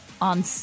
on